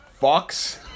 Fox